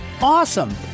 Awesome